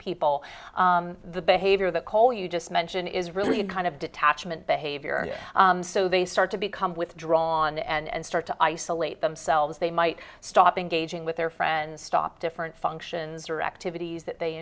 people the behavior that call you just mentioned is really a kind of detachment behavior and so they start to become withdrawn and start to isolate themselves they might stop engaging with their friends stop different functions or activities that they